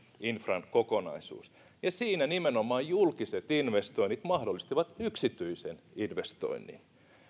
infran kokonaisuus ja siinä nimenomaan julkiset investoinnit mahdollistavat yksityisen investoinnin